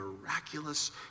miraculous